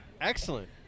Excellent